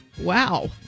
Wow